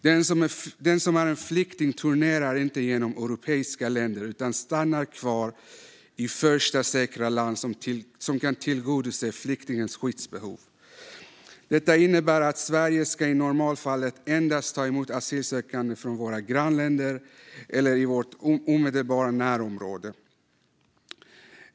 Den som är flykting turnerar inte genom europeiska länder utan stannar kvar i det första säkra land som kan tillgodose flyktingens skyddsbehov. Detta innebär att vi i Sverige i normalfallet endast ska ta emot asylsökande från våra grannländer eller länder i vårt omedelbara närområde.